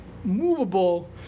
movable